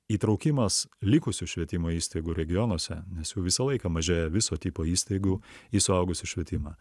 įtraukimas likusių švietimo įstaigų regionuose nes jų visą laiką mažėja viso tipo įstaigų į suaugusiųjų švietimą